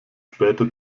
später